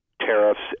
tariffs